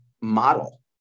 model